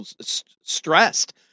stressed